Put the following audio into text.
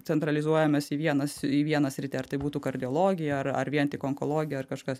centralizuojamės į vienas į vieną sritį ar tai būtų kardiologija ar ar vien tik onkologija ar kažkas